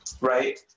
right